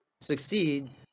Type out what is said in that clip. succeed